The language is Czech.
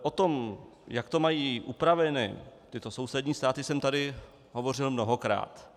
O tom, jak to mají upraveny tyto sousední státy, jsem tady hovořil mnohokrát.